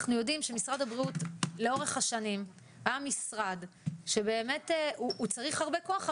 אנחנו יודעים שמשרד הבריאות לאורך השנים היה משרד שבאמת צריך הרבה כוח.